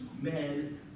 men